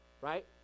right